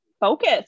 focus